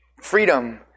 Freedom